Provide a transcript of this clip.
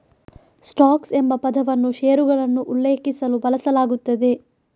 stocks ಎಂಬ ಪದವನ್ನು ಷೇರುಗಳನ್ನು ಉಲ್ಲೇಖಿಸಲು ಬಳಸಲಾಗುತ್ತದೆ